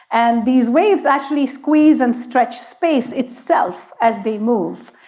and these waves actually squeeze and stretch space itself as they move.